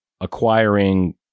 acquiring